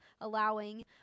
allowing